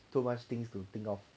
too much things to think of